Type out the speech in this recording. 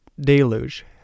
deluge